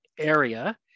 area